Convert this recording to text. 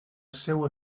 seua